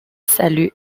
salue